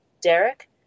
Derek